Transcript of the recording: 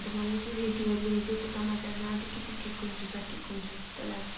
अन्त मलाई चाहिँ रेडियोले दिएको समाचार नै अलिकिति ठिक हुन्छ सठिक हुन्छ जस्तो लाग्यो